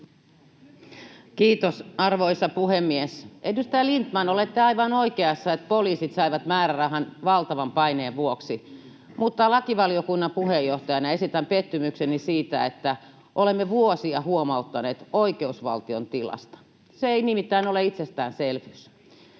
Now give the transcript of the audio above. Kiitos, arvoisa puhemies! Edustaja Lindtman, olette aivan oikeassa, että poliisit saivat määrärahan valtavan paineen vuoksi, mutta lakivaliokunnan puheenjohtajana esitän pettymykseni siitä, että olemme vuosia huomauttaneet oikeusvaltion tilasta. Se ei nimittäin ole itsestäänselvyys.